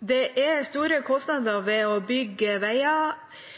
Det er store kostnader ved å bygge veier, og på mange strekninger er det bilister som betaler mye gjennom bompenger. Det er